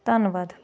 ਧੰਨਵਾਦ